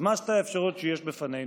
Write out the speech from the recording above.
אז מה שתי האפשרויות שיש בפנינו?